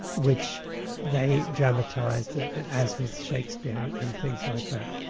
which they dramatized, as with shakespeare and things like that.